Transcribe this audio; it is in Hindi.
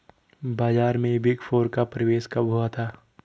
बाजार में बिग फोर का प्रवेश कब हुआ था?